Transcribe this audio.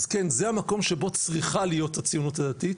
אז כן, זה המקום שבו צריכה להיות הציונות הדתית,